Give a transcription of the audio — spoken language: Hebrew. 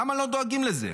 למה לא דואגים לזה?